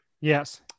Yes